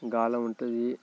గాలం ఉంటుంది